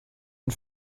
und